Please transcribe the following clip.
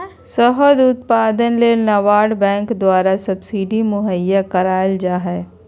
शहद उत्पादन ले नाबार्ड बैंक द्वारा सब्सिडी मुहैया कराल जा हय